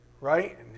right